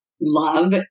love